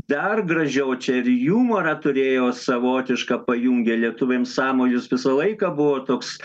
dar gražiau čia ir jumorą turėjo savotišką pajungė lietuviam sąmojus visą laiką buvo toks